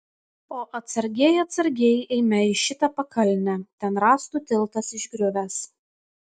o atsargiai atsargiai eime į šitą pakalnę ten rąstų tiltas išgriuvęs